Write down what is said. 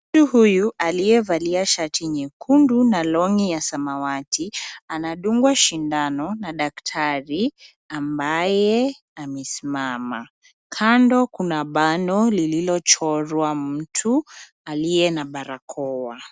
Mtu huyu aliyevalia shati nyekundu na long'i ya samawati anadungwa shindano na daktari ambaye amesimama. Kando kuna bano lililochorwa mtu aliye na barakoa.